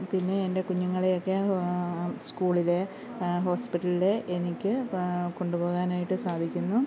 പിന്നെ എൻ്റെ കുഞ്ഞുങ്ങളെയൊക്കെ സ്കൂളിൽ ഹോസ്പിറ്റലിൽ എനിക്ക് കൊണ്ടു പോകാനായിട്ട് സാധിക്കുന്നു